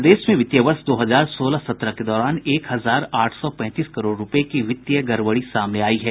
प्रदेश में वित्तीय वर्ष दो हजार सोलह सत्रह के दौरान एक हजार आठ सौ पैंतीस करोड़ रूपये की वित्तीय गड़बड़ी सामने आई है